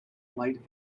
light